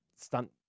stunt